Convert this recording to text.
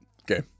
Okay